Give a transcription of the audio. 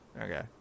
Okay